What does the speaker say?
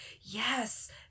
yes